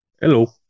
Hello